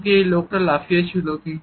এমনকি এই লোকটি লাফিয়েছিল